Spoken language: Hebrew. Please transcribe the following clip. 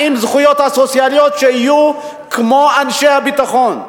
האם הזכויות הסוציאליות יהיו כמו של אנשי הביטחון?